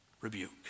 rebuke